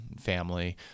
family